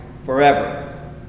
forever